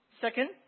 Second